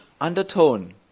undertone